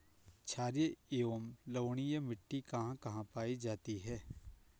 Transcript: छारीय एवं लवणीय मिट्टी कहां कहां पायी जाती है?